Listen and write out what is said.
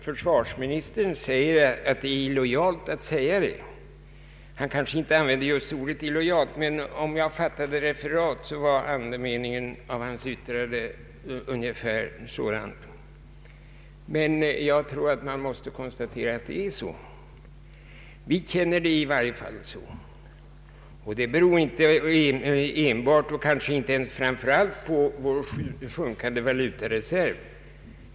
Försvarsministern säger att det är illojalt att göra detta påstående — han kanske inte använde ordet illojal, men om jag fattade referatet rätt var andemeningen i hans yttrande ungefär sådan. Men jag tror att vi måste konstatera att läget är sådant. Detta beror inte enbart och kanske inte ens främst på vår sjunkande valutareserv.